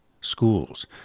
Schools